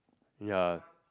ya